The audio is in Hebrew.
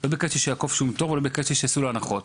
לא ביקשתי שיעקוף איזשהו תור ויעשו לו הנחות.